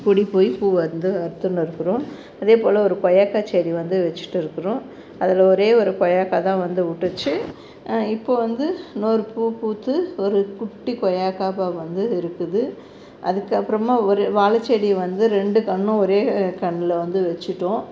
கொடி போய் பூ வந்து அறுத்துன்னுருக்குறோம் அதே போல் ஒரு கொய்யாக்காய் செடி வந்து வச்சுட்டுருக்குறோம் அதுல ஒரே ஒரு கொய்யாக்காய் தான் வந்து விட்டுச்சி இப்போ வந்து இன்னொரு பூ பூத்து ஒரு குட்டி கொய்யாக்காய் இப்போ வந்து இருக்குது அதுக்கு அப்புறமாக ஒரு வாழ செடி வந்து ரெண்டு கன்றும் ஒரே கன்றுல வந்து வச்சிவிட்டோம்